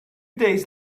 days